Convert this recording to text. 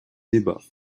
débats